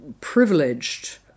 privileged